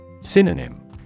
Synonym